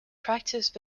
practised